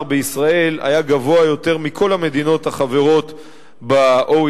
בישראל היה גבוה יותר מכל המדינות החברות ב-OECD.